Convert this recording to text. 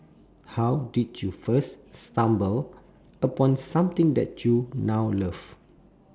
how did you first stumble upon something that you now love